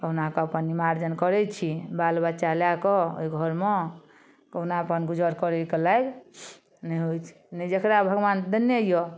कहुना कऽ अपन निबार्जन करै छी बाल बच्चा लए कऽ ओइ घरमे कहुना अपन गुजर करै कए लायक नहि होइ छै नहि जकरा भगवान देने यऽ